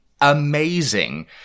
amazing